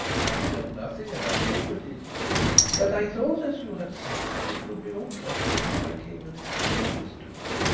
i know nothing of antiquities but i thought, as you had sent, that it would be more courteous if i came and explained this to you.